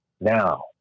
now